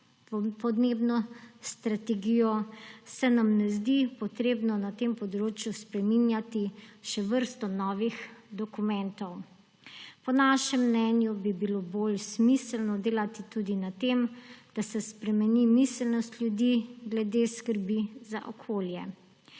podnebno strategijo, ne zdi potrebno na tem področju spreminjati še vrste novih dokumentov. Po našem mnenju bi bilo bolj smiselno delati tudi na tem, da se spremeni miselnost ljudi glede skrbi za okolje.